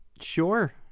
sure